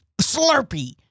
Slurpee